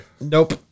Nope